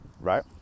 right